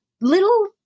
little